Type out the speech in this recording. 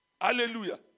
Hallelujah